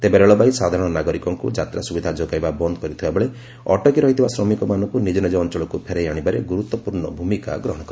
ତେବେ ରେଳବାଇ ସାଧାରଣ ନାଗରିକଙ୍କ ଯାତ୍ରା ସ୍ୱବିଧା ଯୋଗାଇବା ବନ୍ଦ କରିଥିବା ବେଳେ ଅଟକି ରହିଥିବା ଶ୍ରମିକମାନଙ୍କୁ ନିଜ ନିଜ ଅଞ୍ଚଳକୁ ଫେରାଇ ଆଶିବାରେ ଗୁରୁତ୍ୱପୂର୍ଣ୍ଣ ଭୂମିକା ଗ୍ରହଣ କରିଛି